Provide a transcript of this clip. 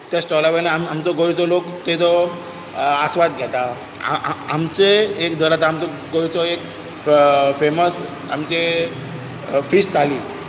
त्या स्टॉला वयल्यान आमचो गोंयचो लोक ताचो आसवाद घेता आमचे एक दर आतां आमचो गोंयचो एक फेमस आमचें फीश थाली